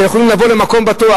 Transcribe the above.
שיכולים לבוא למקום בטוח?